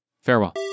farewell